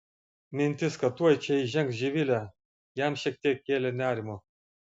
mintis kad tuoj čia įžengs živilė jam šiek tiek kėlė nerimo